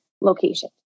location